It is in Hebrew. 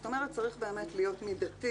זאת אומרת צריך באמת להיות מידתי,